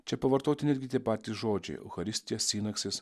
čia pavartoti netgi tie patys žodžiai eucharistija sinaksis